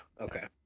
okay